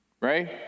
right